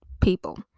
people